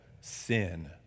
sin